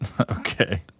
Okay